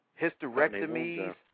hysterectomies